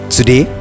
Today